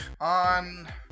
on